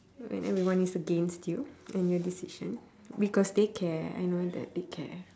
when everyone is against you and your decision because they care I know that they care